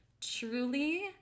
truly